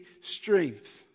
strength